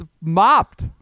mopped